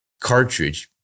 cartridge